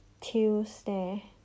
Tuesday